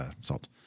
salt